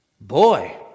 Boy